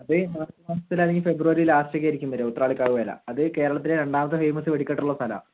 അത് മാർച്ച് മാസത്തില് അല്ലെങ്കിൽ ഫെബ്രുവരി ലാസ്റ്റൊക്കെ ആയിരിക്കും വരിക ഉത്രാലിക്കാവ് വേല അത് കേരളത്തിലെ രണ്ടാമത്തെ ഫേയ്മസ് വെടിക്കെട്ടുള്ള സ്ഥലവാണ്